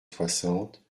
soixante